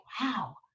wow